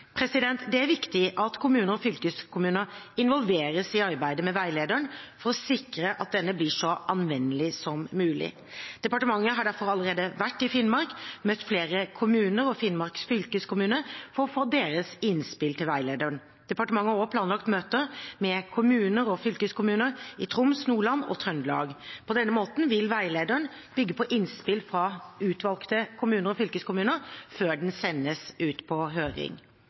Det er viktig at kommuner og fylkeskommuner involveres i arbeidet med veilederen for å sikre at denne blir så anvendelig som mulig. Departementet har derfor allerede vært i Finnmark og møtt flere kommuner og Finnmark fylkeskommune for å få deres innspill til veilederen. Departementet har også planlagt møter med kommuner og fylkeskommuner i Troms, Nordland og Trøndelag. På denne måten vil veilederen bygge på innspill fra utvalgte kommuner og fylkeskommuner før den sendes ut på høring.